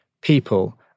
people